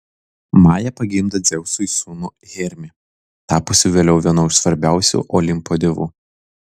maja pagimdė dzeusui sūnų hermį tapusį vėliau vienu iš svarbiausių olimpo dievų